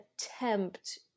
attempt